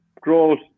growth